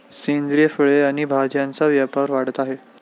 सेंद्रिय फळे आणि भाज्यांचा व्यापार वाढत आहे